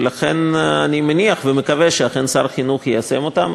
ולכן אני מניח ומקווה שאכן שר החינוך יישם אותו,